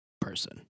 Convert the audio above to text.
person